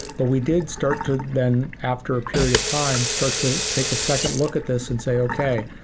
but we did start to then after a period of time, start to take a second look at this and say, okay.